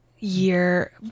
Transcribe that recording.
year